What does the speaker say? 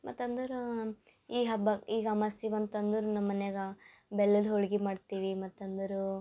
ಮತ್ತು ಅಂದರೆ ಈ ಹಬ್ಬ ಈಗ ಅಮಾಸೆ ಬಂತು ಅಂದರೆ ನಮ್ಮ ಮನೆಯಾಗ ಬೆಲ್ಲದ ಹೋಳ್ಗೆ ಮಾಡ್ತೀವಿ ಮತ್ತು ಅಂದರೆ